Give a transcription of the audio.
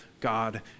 God